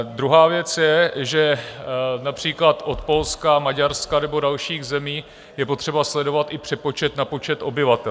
Druhá věc je, že například od Polska, Maďarska nebo dalších zemí je potřeba sledovat i přepočet na počet obyvatel.